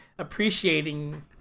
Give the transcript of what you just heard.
Appreciating